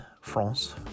France